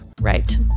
Right